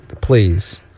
Please